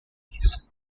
his